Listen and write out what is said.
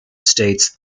states